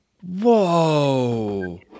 Whoa